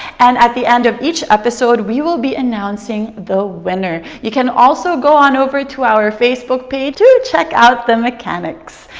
and at the end of each episode we will be announcing the winner. you can also go on over to our facebook page to check out the mechanics.